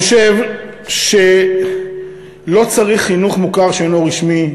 חושב שלא צריך חינוך מוכר שאינו רשמי,